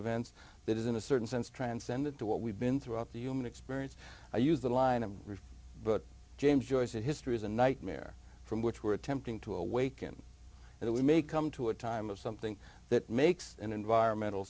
events that is in a certain sense transcended to what we've been throughout the human experience or use the line of rich but james joyce that history is a nightmare from which were attempting to awaken that we may come to a time of something that makes an environmental